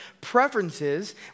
preferences